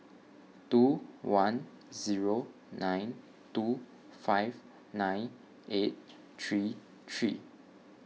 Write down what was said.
two one zero nine two five nine eight three three